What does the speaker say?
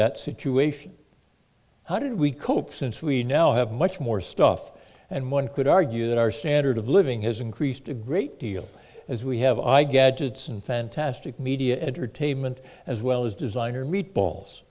that situation how did we cope since we now have much more stuff and one could argue that our standard of living has increased a great deal as we have i get it's in fantastic media entertainment as well as designer meatballs